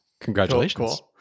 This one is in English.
Congratulations